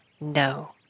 No